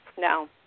No